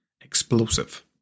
explosive